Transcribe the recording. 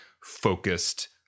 focused